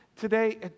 today